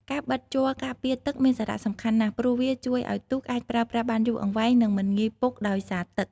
ការបិតជ័រការពារទឹកមានសារៈសំខាន់ណាស់ ព្រោះវាជួយឲ្យទូកអាចប្រើប្រាស់បានយូរអង្វែងនិងមិនងាយពុកដោយសារទឹក។